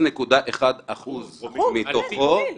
0.1% מתוכו.